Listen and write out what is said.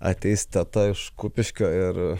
ateis teta iš kupiškio ir